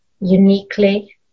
uniquely